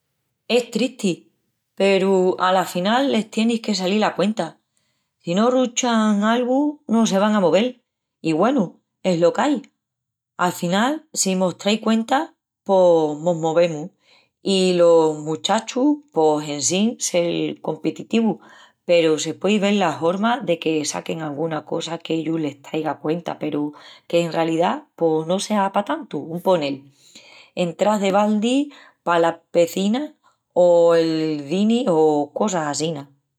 Es tristi peru ala final les tieni que salil a cuenta. Si no ruchan algu no se van a movel. I güenu, es lo qu'ai. Afnal, si mos trai cuenta, pos mos movemus. I los muchachus, pos en sin sel competitivu, peru se puei vel la horma de que saquen anguna cosa qu'a ellus les traiga cuenta peru qu'en ralidá pos no sea pa tantu, un ponel, entrás de baldi pala pecina o el cini o cosas assina.